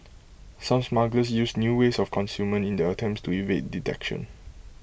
some smugglers used new ways of concealment in their attempts to evade detection